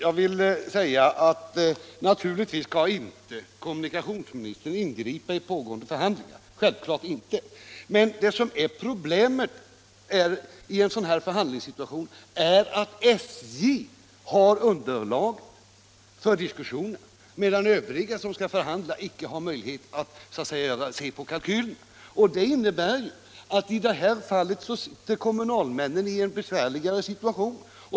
Herr talman! Naturligtvis skall inte kommunikationsministern ingripa i pågående förhandlingar. Problemet i en sådan här förhandlingssituation är emellertid att SJ har underlaget för diskussionen medan övriga som skall förhandla inte har möjlighet att se på kalkylerna. I detta fall befinner sig alltså kommunalmännen i en svårare situation.